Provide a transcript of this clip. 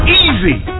easy